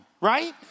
right